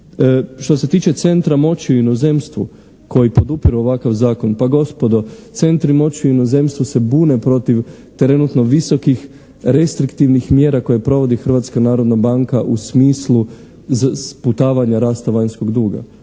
Što se tiče centra moći u inozemstvu koji podupire ovakav zakon, pa gospodo, centri moći u inozemstvu se bune protiv trenutno visokih restriktivnih mjera koje provodi Hrvatska narodna banka u smislu sputavanja rasta vanjskog duga.